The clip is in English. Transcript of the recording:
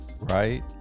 Right